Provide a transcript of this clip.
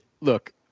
look